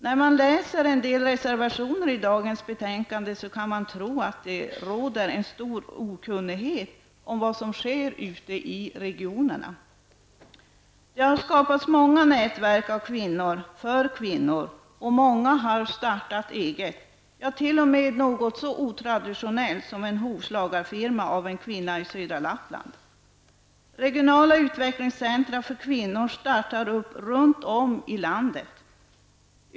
När man läser en del reservationer till dagens betänkande, kan man tro att det råder en stor okunnighet om vad som sker ute i regionerna. Det har skapats många nätverk av kvinnor och för kvinnor, och många har startat eget. T.o.m. något så otraditionellt som en hovslagarfirma har startats av en kvinna i södra Lappland. Regionala utvecklingscentra för kvinnor startas runt om i landet.